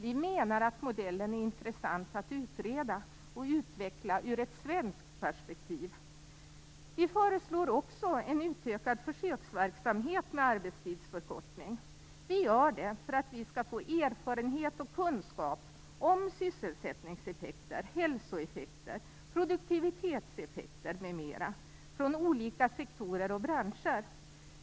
Vi menar att modellen är intressant att utreda och utveckla ur ett svenskt perspektiv. Vi föreslår också en utökad försöksverksamhet med arbetstidsförkortning för att vi skall få erfarenhet och kunskap om sysselsättningseffekter, hälsoeffekter, produktivitetseffekter m.m. från olika sektorer och branscher.